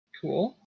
Cool